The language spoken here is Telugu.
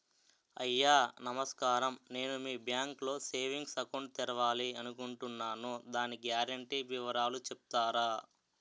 అయ్యా నమస్కారం నేను మీ బ్యాంక్ లో సేవింగ్స్ అకౌంట్ తెరవాలి అనుకుంటున్నాను దాని గ్యారంటీ వివరాలు చెప్తారా?